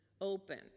open